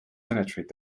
penetrate